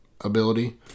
ability